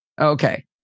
Okay